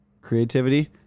creativity